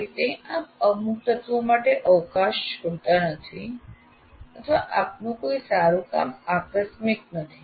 આ રીતે આપ અમુક તત્વો માટે અવકાશ માટે છોડતા નથી અથવા આપનું કોઈ સારું કામ આકસ્મિક નથી